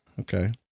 Okay